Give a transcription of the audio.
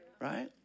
Right